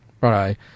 Right